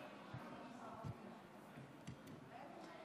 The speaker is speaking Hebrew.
את הקנס על הציבור החרדי, לא יכול להיות